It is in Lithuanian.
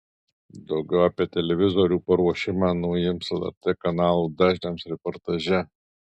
daugiau apie televizorių paruošimą naujiems lrt kanalų dažniams reportaže